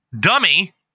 dummy